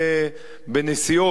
בנסיעות,